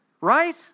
right